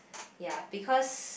ya because